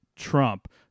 Trump